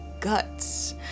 Guts